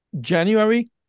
January